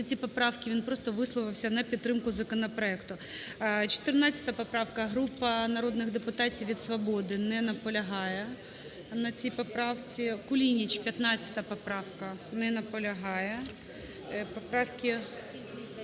за ці поправки, він просто висловився на підтримку законопроекту. 14 поправка, група народних депутатів від "Свободи" не наполягає на цій поправці. Кулініч, 15 поправка. Не наполягає. Поправки…